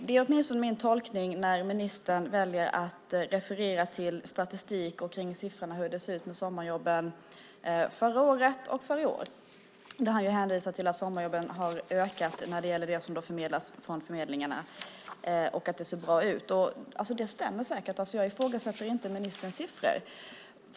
Det är åtminstone min tolkning när ministern väljer att referera till statistik och siffror över sommarjobben förra året och i år. Han hänvisar till att sommarjobben har ökat när det gäller dem som förmedlas från förmedlingarna och att det ser bra ut. Det stämmer säkert, och jag ifrågasätter inte ministerns siffror.